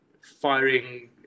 firing